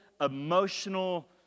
emotional